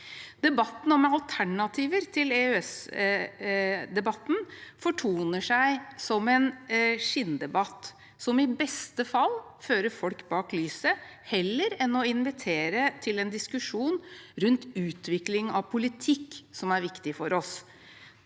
Debatten om alternativer til EØS-avtalen fortoner seg som en skinndebatt som i beste fall fører folk bak lyset, heller enn å invitere til en diskusjon rundt utvikling av politikk som er viktig for oss